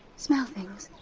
smell things.